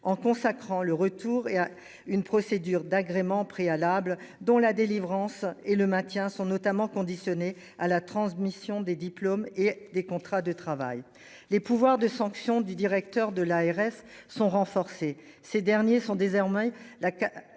en consacrant le retour et à une procédure d'agrément préalable, dont la délivrance et le maintien sont notamment conditionnée à la transmission des diplômes et des contrats de travail. Les pouvoirs de sanction du directeur de l'ARS sont renforcées ces derniers sont désormais